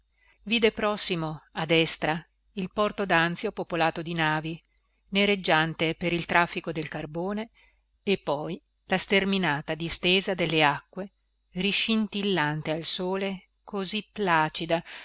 vide prossimo a destra il porto danzio popolato di navi nereggiante per il traffico del carbone e poi la sterminata distesa delle acque riscintillante al sole così placida